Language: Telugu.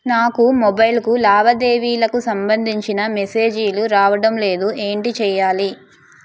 నాకు మొబైల్ కు లావాదేవీలకు సంబందించిన మేసేజిలు రావడం లేదు ఏంటి చేయాలి?